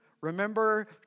remember